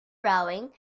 rowing